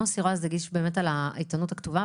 מוסי רז הגיש על העיתונות הכתובה,